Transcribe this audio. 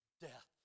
death